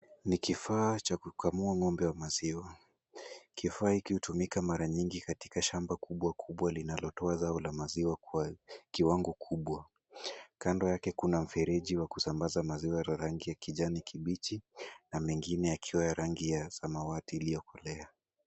Ni kifaa cha kukamua ng'ombe wa maziwa. Kifaa hiki hutumika mara nyingi katika shamba kubwa kubwa linalotoa zao la maziwa kwa kiwango kubwa. Kando yake kuna mfereji wa kusambaza maziwa la rangi ya kijani kibichi na mengine yakiwa ya rangi ya samawati iliyokolea.